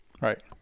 Right